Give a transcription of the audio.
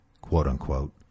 quote-unquote